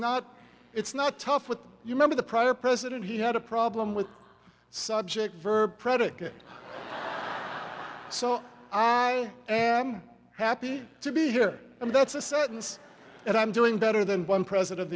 not it's not tough with you remember the prior president he had a problem with subject verb predicate so i am happy to be here and that's a sentence that i'm doing better than one president